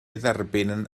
dderbyn